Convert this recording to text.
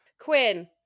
quinn